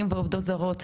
ועובדות זרות,